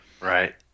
right